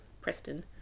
Preston